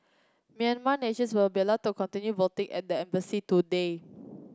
Myanmar nationals will be allowed to continue voting at the embassy today